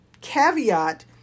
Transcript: caveat